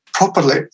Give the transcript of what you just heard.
properly